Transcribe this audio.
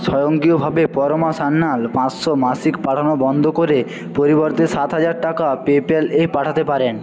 স্বয়ংক্রিয়ভাবে পরমা সান্যাল পাঁচশো মাসিক পাঠানো বন্ধ করে পরিবর্তে সাত হাজার টাকা পেপ্যাল এ পাঠাতে পারেন